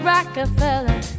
Rockefeller